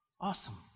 Awesome